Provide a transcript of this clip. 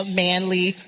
manly